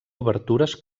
obertures